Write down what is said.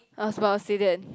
I was about to say that